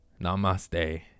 namaste